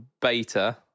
beta